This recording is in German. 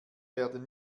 werden